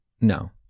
no